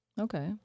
Okay